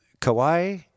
Kauai